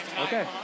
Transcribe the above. Okay